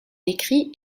écrit